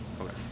Okay